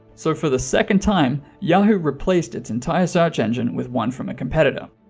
so for the second time, yahoo replaced its entire search engine with one from a competitor.